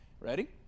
Ready